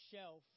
shelf